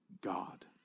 God